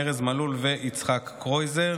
ארז מלול ויצחק קרויזר